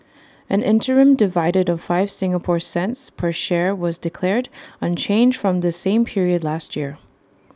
an interim dividend of five Singapore cents per share was declared unchanged from the same period last year